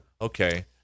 okay